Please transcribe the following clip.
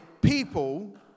people